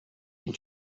been